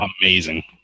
amazing